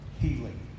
healing